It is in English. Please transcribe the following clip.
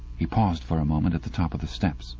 he paused for a moment at the top of the steps